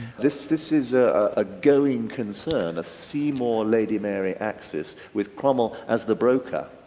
this this is ah a going concern a seymour lady mary-axis with cromwell as the broker,